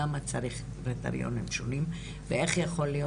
למה צריך קריטריונים שונים ואיך יכול להיות